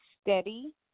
steady